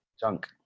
junk